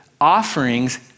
offerings